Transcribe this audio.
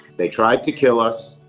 they tried to kill us,